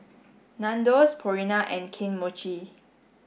Nandos Purina and Kane Mochi